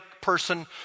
person